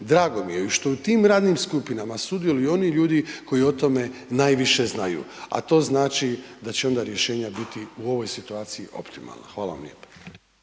Drago mi je što i u tom radnim skupinama sudjeluju i oni ljudi koji o tome najviše znaju a to znači da će onda rješenja biti u ovoj situaciji optimalna. Hvala vam lijepa.